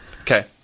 Okay